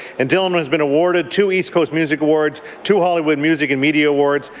and dillon has been awarded two east coast music awards, two hollywood music and media awards,